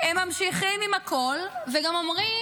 הם ממשיכים עם הכול וגם אומרים,